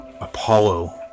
Apollo